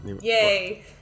Yay